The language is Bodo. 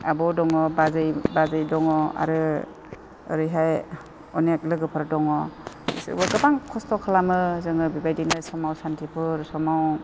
आब' दङ बाजै दङ आरो ओरैहाय अनेक लोगोफोर दङ बिसोरबो गोबां खस्त' खालामो जोङो बेबायदिनो समाव सान्तिफुर समाव